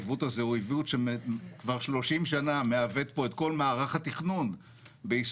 העיוות הזה הוא עיוות שכבר 30 שנה מעוות פה את כל מערך התכנון בישראל,